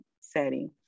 setting